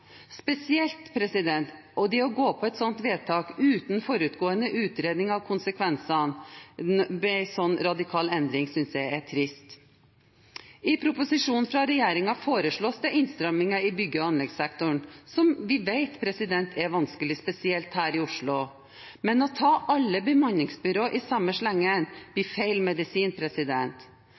å gå for et slikt vedtak uten forutgående utredning av konsekvensene ved en slik radikal endring. I proposisjonen fra regjeringen foreslås det innstramminger i bygg- og anleggssektoren, som vi vet er vanskelig, spesielt her i Oslo. Men å ta alle bemanningsbyråene i samme slengen blir feil medisin.